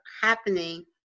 happening